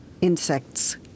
insects